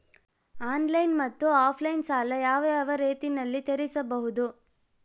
Online ಮತ್ತೆ offline ಸಾಲ ಯಾವ ಯಾವ ರೇತಿನಲ್ಲಿ ತೇರಿಸಬಹುದು?